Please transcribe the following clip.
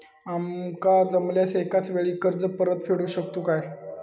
आमका जमल्यास एकाच वेळी कर्ज परत फेडू शकतू काय?